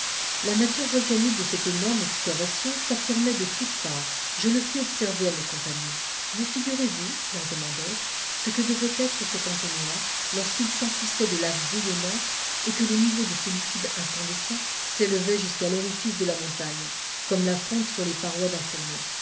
la nature volcanique de cette énorme excavation s'affirmait de toutes parts je le fis observer à mes compagnons vous figurez-vous leur demandai-je ce que devait être cet entonnoir lorsqu'il s'emplissait de laves bouillonnantes et que le niveau de ce liquide incandescent s'élevait jusqu'à l'orifice de la montagne comme la fonte sur les parois d'un fourneau